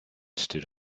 stood